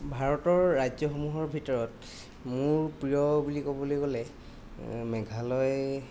ভাৰতৰ ৰাজ্যসমূহৰ ভিতৰত মোৰ প্ৰিয় বুলি ক'বলৈ গ'লে মেঘালয়